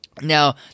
now